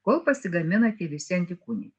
kol pasigamina tie visi antikūniai